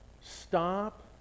stop